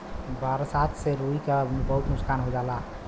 बरसात से रुई क बहुत नुकसान हो जाला